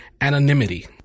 anonymity